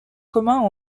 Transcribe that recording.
communs